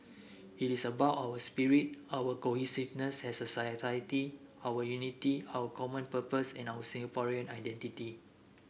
it is about our spirit our cohesiveness as a society our unity our common purpose and our Singaporean identity